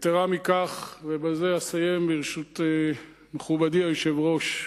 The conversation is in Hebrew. יתירה מכך, ובזה אסיים, ברשות מכובדי היושב-ראש,